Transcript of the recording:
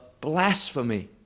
blasphemy